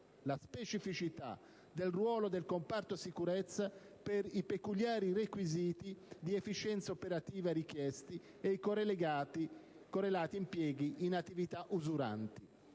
la specificità del ruolo del comparto sicurezza per i «peculiari requisiti di efficienza operativa richiesti e i correlati impieghi in attività usuranti»,